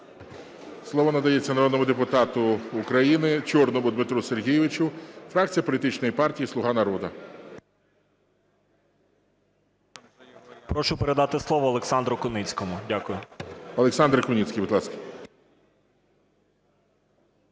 Слово надається народному депутату України Чорному Дмитру Сергійовичу, фракція політичної партії "Слуга народу". 16:15:57 ЧОРНИЙ Д.С. Прошу передати слово Олександру Куницькому. Дякую. ГОЛОВУЮЧИЙ. Олександр Куницький, будь ласка.